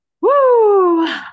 Woo